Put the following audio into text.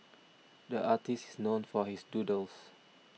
the artist is known for his doodles